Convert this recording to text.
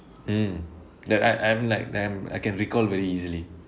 mm that I I am like I am I can recall very easily